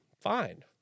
Fine